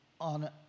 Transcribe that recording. on